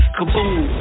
Kaboom